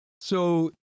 So-